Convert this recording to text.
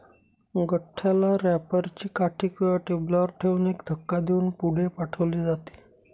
गठ्ठ्याला रॅपर ची काठी किंवा टेबलावर ठेवून एक धक्का देऊन पुढे पाठवले जाते